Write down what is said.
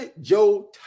Joe